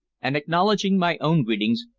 and acknowledging my own greetings,